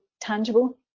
tangible